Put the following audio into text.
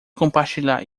compartilhar